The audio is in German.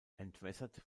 entwässert